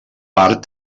part